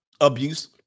Abuse